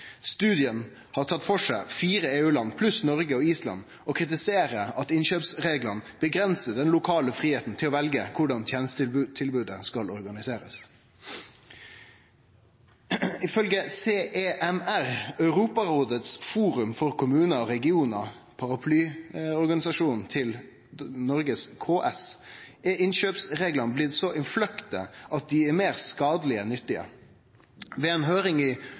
Studien har tatt for seg fire EU-land pluss Noreg og Island og kritiserer at innkjøpsreglane avgrensar den lokale fridomen til å velje korleis tenestetilbodet skal organiserast. Ifølgje CEMR, Europarådets forum for kommunar og regionar – paraplyorganisasjonen til Noregs KS – er innkjøpsreglane blitt så innfløkte at dei er meir skadelege enn nyttige. I ei høyring i